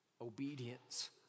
Obedience